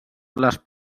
les